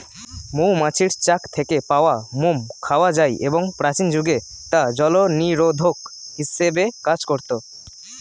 মৌমাছির চাক থেকে পাওয়া মোম খাওয়া যায় এবং প্রাচীন যুগে তা জলনিরোধক হিসেবে কাজ করত